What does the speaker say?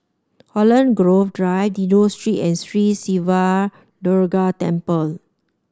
Holland Grove Drive Dido Street and Sri Siva Durga Temple